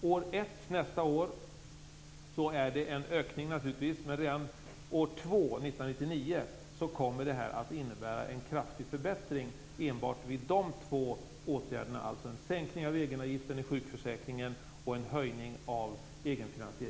Första året, 1998, blir det naturligtvis en ökning, men redan andra året, 1999, kommer det att innebära en kraftig förbättring enbart med dessa två åtgärder.